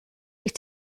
wyt